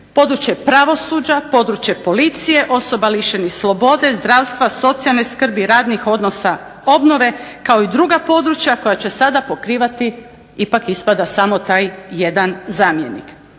područje pravosuđa, područje policije, osoba lišenih slobode, zdravstva, socijalne skrbi, radnih odnosa, obnove kao i druga područja koja će sada pokrivati ipak ispada samo taj jedan zamjenik.